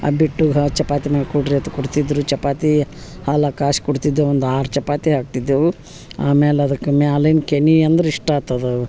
ಆ ಬಿಟ್ಟುಗ ಹ ಚಪಾತಿ ಮಾಡಿ ಕೊಡ್ರಿ ಅತು ಕೊಡ್ತಿದ್ದರು ಚಪಾತಿ ಹಾಲು ಕಾಸು ಕೊಡ್ತಿದ್ದೆ ಒಂದು ಆರು ಚಪಾತಿ ಹಾಕ್ತಿದ್ದೆವು ಆಮೇಲೆ ಅದಕ್ಕೆ ಮ್ಯಾಲಿನ ಕೆನೆ ಅಂದ್ರ ಇಷ್ಟ ಆತದು